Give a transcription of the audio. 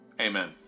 amen